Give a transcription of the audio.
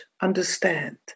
understand